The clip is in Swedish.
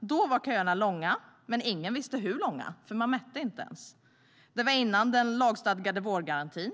Då var köerna långa. Men ingen visste hur långa, för det mättes inte ens. Det var före den lagstadgade vårdgarantin.